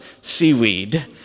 seaweed